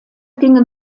gingen